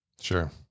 Sure